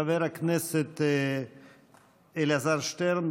חבר הכנסת אלעזר שטרן,